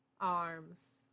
arms